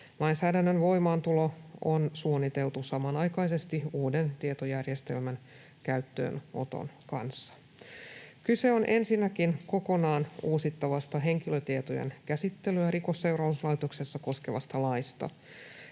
Lainsäädännön voimaantulo on suunniteltu samanaikaisesti uuden tietojärjestelmän käyttöönoton kanssa. Kyse on ensinnäkin kokonaan uusittavasta henkilötietojen käsittelyä Rikosseuraamuslaitoksessa koskevasta laista.